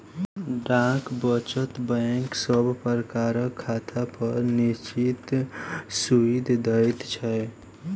डाक वचत बैंक सब प्रकारक खातापर निश्चित सूइद दैत छै